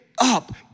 up